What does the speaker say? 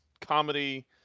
comedy